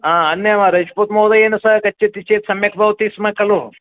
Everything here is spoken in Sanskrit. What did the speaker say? हा अन्य वा रजपुत्महोदयेन सह गच्छति चेत् सम्यक् भवति स्म खलु